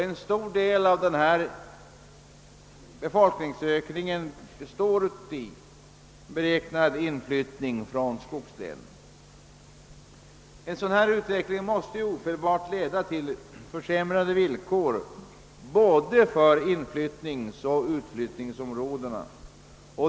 En stor del av denna befolkningsökning består av beräknad inflyttning från skogslänen. Utvecklingen måste ofelbart leda till försämrade villkor för både inflyttningsoch utflyttningsområdena.